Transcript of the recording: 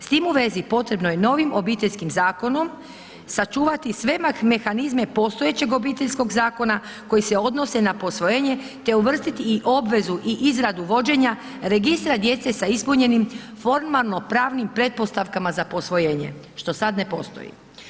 S tim u vezi potrebno je novim obiteljskim zakonom sačuvati sve mehanizme postojećeg Obiteljskog zakona koji se odnose na posvojenje te uvrstiti i obvezu i izradu vođenja registra djece sa ispunjenim formalno pravnim pretpostavkama za posvojenje, što sada ne postoji.